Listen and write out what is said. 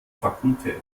fakultät